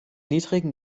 niedrigen